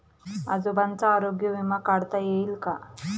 आजोबांचा आरोग्य विमा काढता येईल का?